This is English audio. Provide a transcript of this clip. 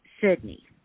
Sydney